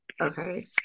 okay